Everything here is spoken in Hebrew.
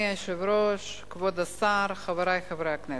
אדוני היושב-ראש, כבוד השר, חברי חברי הכנסת,